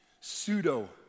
pseudo